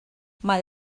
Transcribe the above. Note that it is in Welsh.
mae